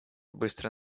быстро